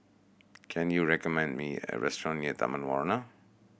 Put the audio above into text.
can you recommend me a restaurant near Taman Warna